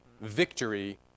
victory